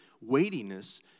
weightiness